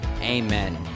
Amen